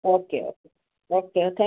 okay okay okay ओ थ